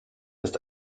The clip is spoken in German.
ist